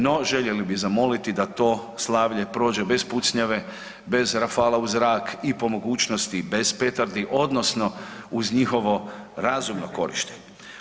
No, željeli bi zamoliti da to slavlje prođe bez pucnjave, bez rafala u zrak i po mogućnosti bez petardi odnosno uz njihovo razumno korištenje.